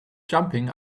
jumping